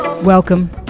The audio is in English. Welcome